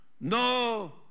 No